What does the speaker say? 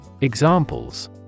examples